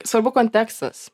svarbu kontekstas